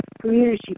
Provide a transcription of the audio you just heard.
community